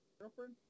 girlfriend